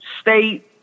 state